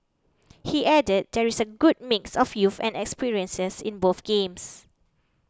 he added there is a good mix of youth and experiences in both games